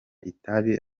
itabi